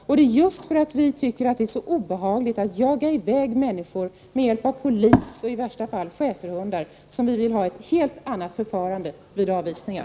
Vi i folkpartiet tycker att det är obehagligt att jaga i väg människor med hjälp av polis och i värsta fall schäferhundar, och det är just därför som vi vill ha ett helt annat förfarande vid avvisningar.